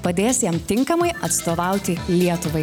padės jam tinkamai atstovauti lietuvai